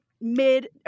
mid